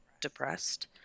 depressed